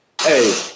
Hey